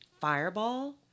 fireball